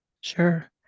Sure